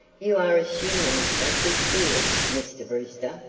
you are assuming a good deal, mr. brewster.